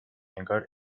انگار